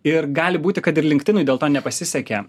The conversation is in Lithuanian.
ir gali būti kad ir linktinui dėl to nepasisekė